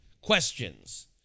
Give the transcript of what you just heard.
questions